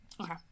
Okay